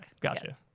gotcha